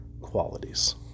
qualities